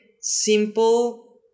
simple